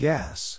Gas